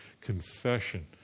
confession